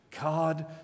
God